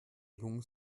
lungen